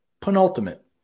Penultimate